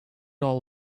all